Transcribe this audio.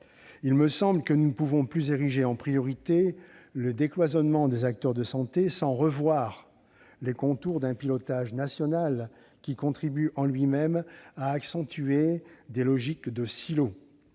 Il me semble que nous ne pouvons plus ériger en priorité le décloisonnement des acteurs de santé sans revoir les contours d'un pilotage national qui contribue, en lui-même, à accentuer des logiques de silo.